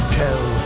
tell